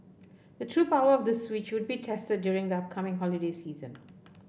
the true power of the Switch would be tested during the upcoming holiday season